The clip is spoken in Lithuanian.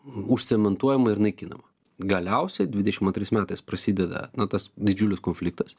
užcementuojama ir naikinama galiausiai dvidešimt antrais metais prasideda na tas didžiulis konfliktas